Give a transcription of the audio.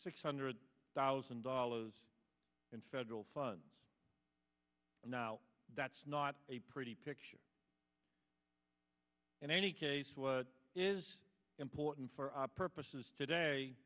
six hundred thousand dollars in federal funds and now that's not a pretty picture in any case what is important for our purposes today